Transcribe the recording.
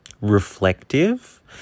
reflective